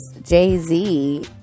jay-z